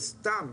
וסתם,